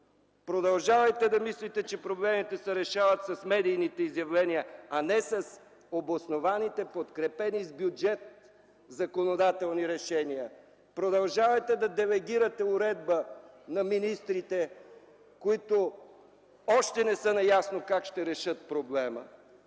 Продължавайте да мислите, че проблемите се решават с медийните изявления, а не с обоснованите, подкрепени с бюджет законодателни решения! Продължавайте да делегирате уредба на министрите, които още не са наясно как ще решат проблема,